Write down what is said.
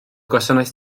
gwasanaeth